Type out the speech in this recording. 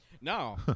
No